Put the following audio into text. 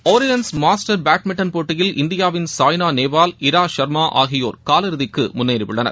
Orleans masters badminton போட்டியில் இந்தியாவின் சாய்னா நேவால் இரா சர்மா ஆகியோர் காலிறுதிக்கு முன்னேறியுள்ளனர்